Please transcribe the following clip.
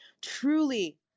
truly